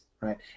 right